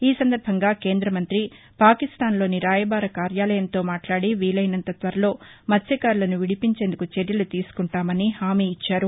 ఈ సందర్బంగా కేంద్ర మంత్రి పాకిస్తాన్లోని రాయబార కార్యాలయంతో మాట్లాడి వీలైనంత త్వరలో మత్స్యకారులను విడిపించేందుకు చర్యలు తీసుకుంటామని హామీ ఇచ్చారు